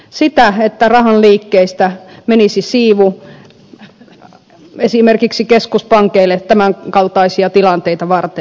sitä että rahan liikkeistä menisi siivu esimerkiksi keskuspankeille tämän kaltaisia tilanteita varten